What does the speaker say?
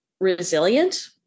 resilient